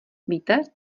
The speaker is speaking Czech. víte